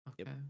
Okay